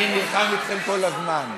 אני נלחם אתכם כל הזמן.